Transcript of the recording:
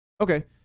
Okay